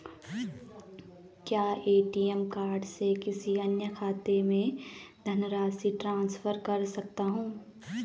क्या ATM card से किसी अन्य खाते में धनराशि ट्रांसफर कर सकता हूँ?